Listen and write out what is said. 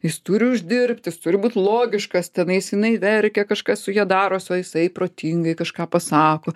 jis turi uždirbti jis turi būt logiškas tenais jinai verkia kažkas su ja daros o jisai protingai kažką pasako